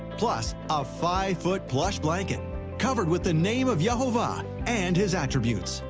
plus a five foot plush blanket covered with the name of yehovah and his attributes.